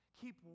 Keep